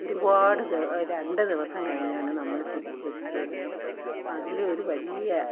ഒരുപാട് ദെ രണ്ടു ദിവസം കഴിഞ്ഞാണ് നമ്മൾ തിരിച്ചെത്തിയത് അതിൽ ഒരു വലിയ